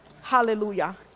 Hallelujah